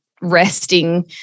resting